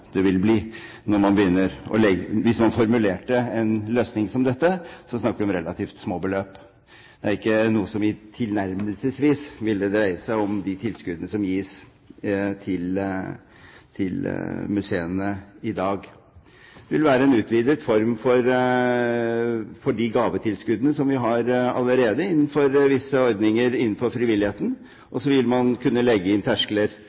Hvis man formulerer en løsning som dette, snakker vi om relativt små beløp. Det er ikke noe som tilnærmelsesvis ville dreie seg om de tilskuddene som gis til museene i dag. Det vil være en utvidet form for gavetilskudd som vi allerede har i visse ordninger innenfor frivilligheten. Så vil man kunne legge inn terskler